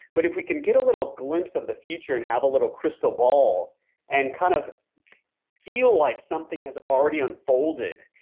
but if we could get a little glimpse of the future and have a little crystal ball and kind of feel like something had already unfolded,